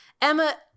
Emma